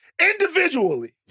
individually